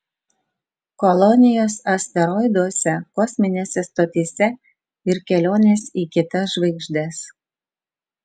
kolonijos asteroiduose kosminėse stotyse ir kelionės į kitas žvaigždes